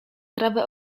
trawę